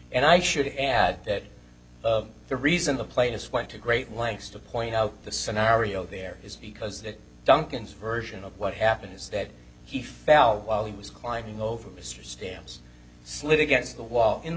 and i should add that the reason the plaintiffs went to great lengths to point out the scenario there is because that duncan's version of what happened is that he fell while he was climbing over mr stamps slid against the wall in the